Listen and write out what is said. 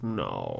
no